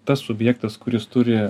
tas subjektas kuris turi